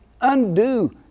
Undo